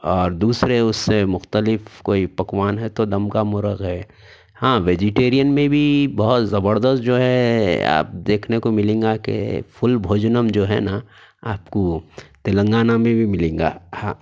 اور دوسرے اس سے مختلف کوئی پکوان ہے تو دم کا مرغ ہے ہاں ویجیٹیریئن میں بھی بہت زبردست جو ہے آپ دیکھنے کو ملیں گا کہ فل بھوجنم جو ہے نا آپ کو تلنگانہ میں بھی ملے گا ہاں